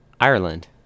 ireland